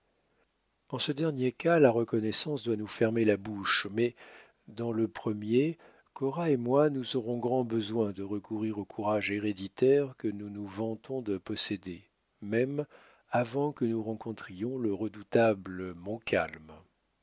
en ce dernier cas la reconnaissance doit nous fermer la bouche mais dans le premier cora et moi nous aurons grand besoin de recourir au courage héréditaire que nous nous vantons de posséder même avant que nous rencontrions le redoutable montcalm cet